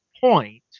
point